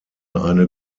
eine